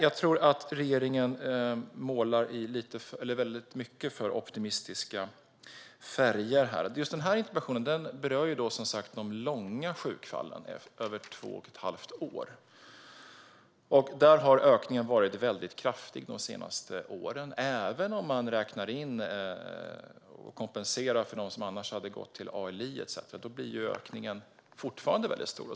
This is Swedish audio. Jag tror alltså att regeringen målar i alldeles för optimistiska färger. Just den här interpellationen berör de långa sjukfallen, över två och ett halvt år. Där har ökningen varit väldigt kraftig de senaste åren, även om man räknar in och kompenserar för dem som annars hade gått till ALI etcetera.